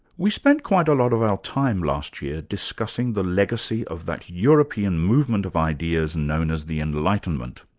we spent quite a lot of our time last year discussing the legacy of that european movement of ideas known as the enlightenment.